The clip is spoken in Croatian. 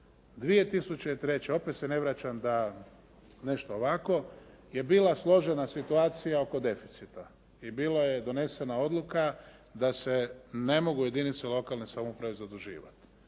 … /Govornik se ne razumije./ … je bila složena situacija oko deficita i bila je donesena odluka da se ne mogu jedinice lokalne samouprave zaduživati.